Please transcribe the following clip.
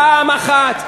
פעם אחת.